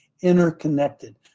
interconnected